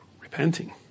repenting